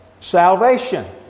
salvation